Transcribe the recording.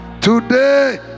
Today